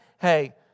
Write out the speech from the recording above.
Hey